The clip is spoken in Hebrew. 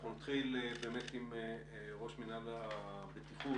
אנחנו נתחיל עם ראש מינהל הבטיחות,